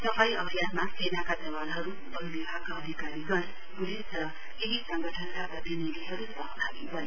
सफाई अभियानमा सेनाका जवानहरू बन विभागका अधिकारीगण पुलिस र केही सङ्गठनका प्रतिनिधिहरू सहभागी बने